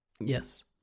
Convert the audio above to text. Yes